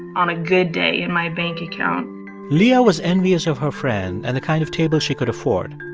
on a good day in my bank account leah was envious of her friend and the kind of table she could afford.